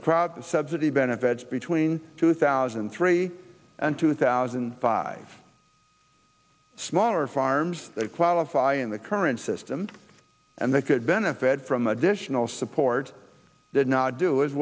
the crowd subsidy benefits between two thousand and three and two thousand and five smaller farms that qualify in the current system and they could benefit from the additional support did not do as